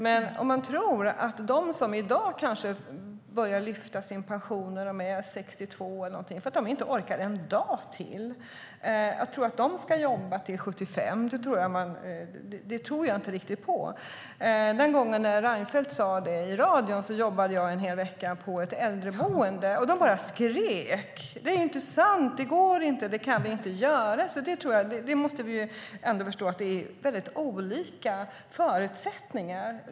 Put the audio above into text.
Men att de som i dag är kanske 62 och börjar lyfta sin pension för att de inte orkar en dag till ska jobba tills de blir 75 tror jag inte riktigt på. Den gången när Reinfeldt sade det på radion jobbade jag en hel vecka på ett äldreboende, och de bara skrek: Det är inte sant! Det går inte! Det kan vi inte göra! Vi måste förstå att det är väldigt olika förutsättningar.